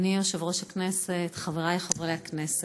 אדוני יושב-ראש הכנסת, חברי חברי הכנסת,